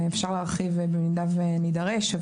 ואפשר להרחיב במידה ונדרש.